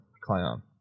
Clown